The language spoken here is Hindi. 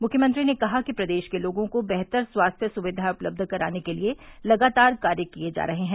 मुख्यमंत्री ने कहा कि प्रदेश के लोगों को बेहतर स्वास्थ्य सुविधाएं उपलब कराने के लिए लगातार कार्य किये जा रहे हैं